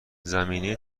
زمینه